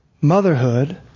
motherhood